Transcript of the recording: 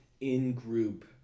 in-group